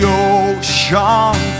ocean